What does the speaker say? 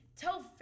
tell